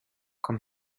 komm